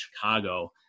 Chicago